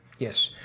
yes.